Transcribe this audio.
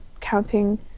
counting